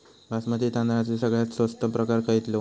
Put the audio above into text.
बासमती तांदळाचो सगळ्यात स्वस्त प्रकार खयलो?